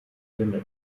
limit